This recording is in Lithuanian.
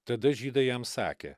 tada žydai jam sakė